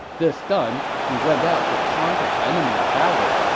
this done, he went out to taunt his enemy about it.